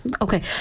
Okay